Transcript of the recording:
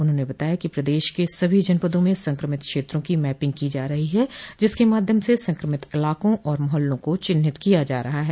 उन्होंने बताया कि प्रदेश के सभी जनपदों में संक्रमित क्षेत्रों की मैपिंग की जा रही है जिसके माध्यम से संक्रमित इलाकों और मोहल्लों को चिन्हित किया जा रहा है